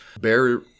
Bear